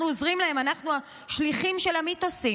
אנחנו עוזרים להם, אנחנו שליחים של המיתוסים.